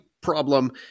problem